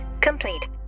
complete